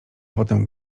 potem